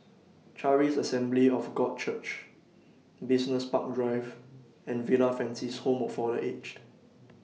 Charis Assembly of God Church Business Park Drive and Villa Francis Home For The Aged